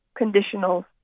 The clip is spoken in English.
conditionals